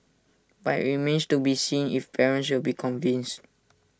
but IT remains to be seen if parents will be convinced